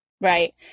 Right